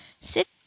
Sit